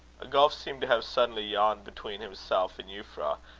a gulf seemed to have suddenly yawned between himself and euphra,